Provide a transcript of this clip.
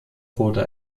wurde